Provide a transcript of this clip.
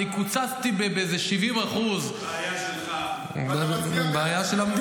אני קוצצתי באיזה 70%. בעיה שלך.